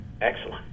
Excellent